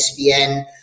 ESPN